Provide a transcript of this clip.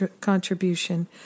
contribution